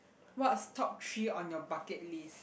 what's top three on your bucket list